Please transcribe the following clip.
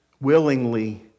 Willingly